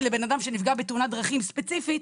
לבן אדם שנפגע בתאונת דרכים ספציפית,